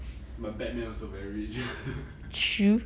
but batman also very rich